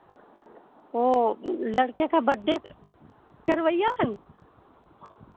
वह लड़के का बड्डे करवाए